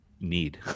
need